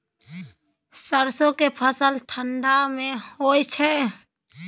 सरसो के फसल ठंडा मे होय छै?